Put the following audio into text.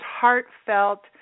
heartfelt